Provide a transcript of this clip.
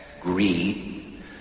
greed